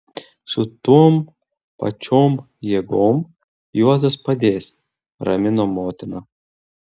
su tom pačiom jėgom juozas padės ramino motina